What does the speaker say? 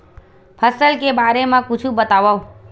फसल के बारे मा कुछु बतावव